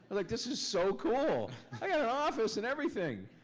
like, this is so cool. i got an office and everything.